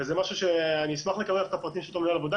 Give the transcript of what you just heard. וזה משהו שאשמח לקבל את הפרטים של אותו מנהל העבודה